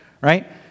right